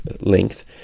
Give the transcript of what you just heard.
length